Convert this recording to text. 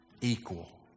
Equal